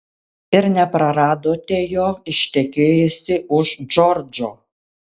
ir nepraradote jo ištekėjusi už džordžo